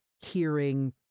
hearing